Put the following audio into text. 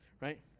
right